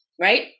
Right